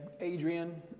Adrian